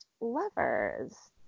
lovers